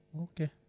Okay